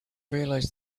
realized